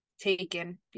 taken